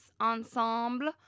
ensemble